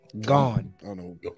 gone